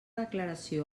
declaració